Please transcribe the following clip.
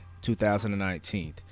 2019